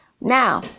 now